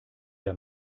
der